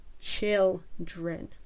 Children